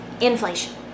inflation